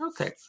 Okay